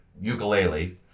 ukulele